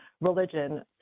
religion